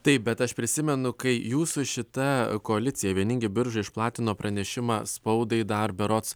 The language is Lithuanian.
taip bet aš prisimenu kai jūsų šita koalicija vieningi biržai išplatino pranešimą spaudai dar berods